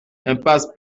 impasse